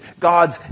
God's